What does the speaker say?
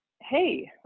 Hey